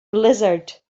blizzard